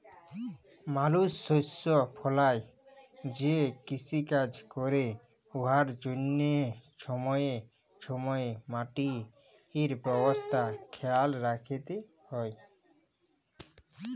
মালুস শস্য ফলাঁয় যে কিষিকাজ ক্যরে উয়ার জ্যনহে ছময়ে ছময়ে মাটির অবস্থা খেয়াল রাইখতে হ্যয়